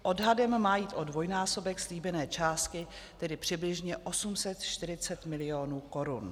Odhadem má jít o dvojnásobek slíbené částky, tedy přibližně 840 mil. korun.